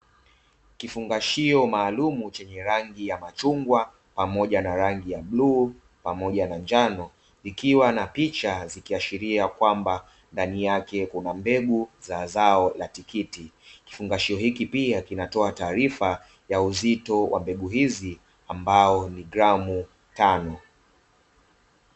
Kifungashio maalumu chenye rangi ya machungwa pamoja na rangi ya bluu pamoja na njano, ikiwa na picha zikiashiria kwamba ndani yake kuna mbegu za zao la tikiti. Kifungashio hiki pia kinatoa taarifa ya uzito wa mbegu hizi ambao ni gramu tano.